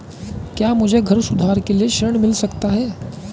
क्या मुझे घर सुधार के लिए ऋण मिल सकता है?